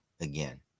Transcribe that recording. again